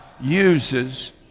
uses